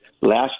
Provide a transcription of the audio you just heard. Last